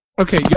Okay